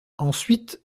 ensuite